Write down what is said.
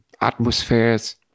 atmospheres